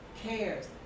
cares